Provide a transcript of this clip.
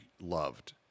loved